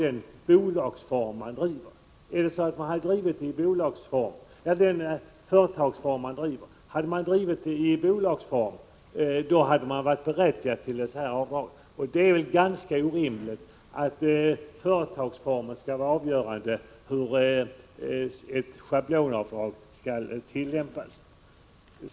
De får inte alls del av skattesänkningen, i vissa fall på grund av den företagsform som man driver sin verksamhet i. Om verksamheten drivs i bolagsform är man berättigad till avdrag. Det är väl ändå inte rimligt att företagsformen skulle vara avgörande för hur ett schablonavdrag skall tillämpas.